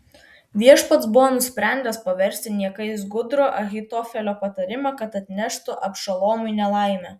viešpats buvo nusprendęs paversti niekais gudrų ahitofelio patarimą kad atneštų abšalomui nelaimę